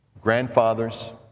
grandfathers